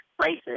places